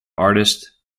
artist